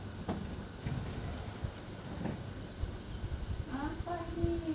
apa ini